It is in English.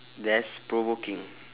dash provoking